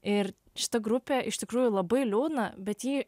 ir šita grupė iš tikrųjų labai liūdna bet ji